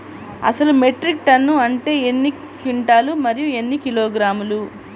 అసలు metric ton అంటే ఎన్ని క్వింటాలు మరియు ఎన్ని కిలోగ్రాములు?